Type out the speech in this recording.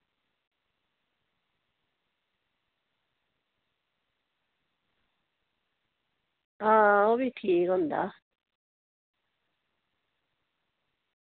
हां ओह् बी ठीक होंदा